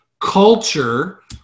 culture